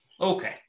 Okay